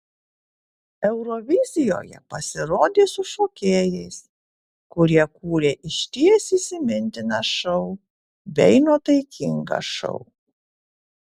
eurovizijoje pasirodė su šokėjais kurie kūrė išties įsimintiną šou bei nuotaikingą šou